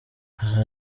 aha